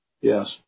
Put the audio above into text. Yes